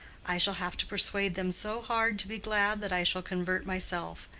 i shall have to persuade them so hard to be glad, that i shall convert myself.